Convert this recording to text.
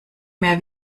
mehr